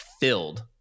filled